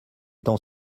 temps